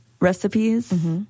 recipes